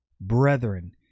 brethren